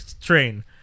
train